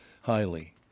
highly